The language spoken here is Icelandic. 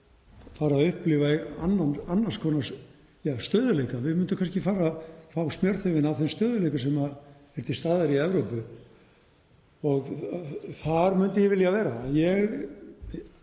fara að upplifa annars konar stöðugleika. Við myndum kannski fara að fá smjörþefinn af þeim stöðugleika sem er til staðar í Evrópu og þar myndi ég vilja vera.